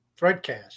Threadcast